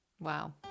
Wow